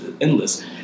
endless